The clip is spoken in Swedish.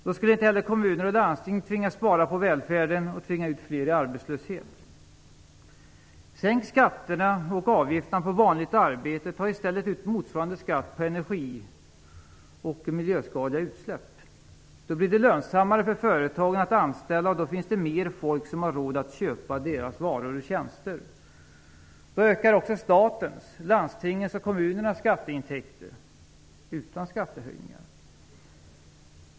Då skulle inte heller kommuner och landsting tvingas spara på välfärden och tvinga ut fler i arbetslöshet. Sänk skatterna och avgifterna på vanligt arbete, och ta i stället ut motsvarande skatt på energi och miljöskadliga utsläpp. Då blir det lönsammare för företagen att anställa, och då finns det mer folk som har råd att köpa deras varor och tjänster. Då ökar också statens, landstingens och kommunernas skatteintäkter - utan skattehöjningar.